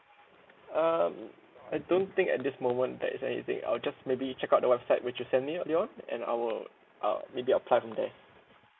um I don't think at this moment there's anything I'll just maybe check out the website which you send me earlier on and I will uh maybe apply from there